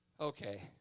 Okay